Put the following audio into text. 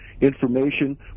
information